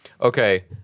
Okay